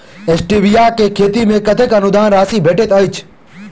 Stevia केँ खेती मे कतेक अनुदान राशि भेटैत अछि?